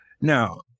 Now